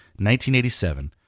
1987